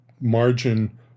margin